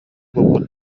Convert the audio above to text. булбут